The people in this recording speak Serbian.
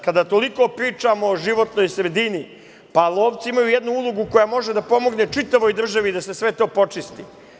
Kada toliko pričamo o životnoj sredini, pa lovci imaju jednu ulogu koja može da pomogne čitavoj državi i da se sve to počisti.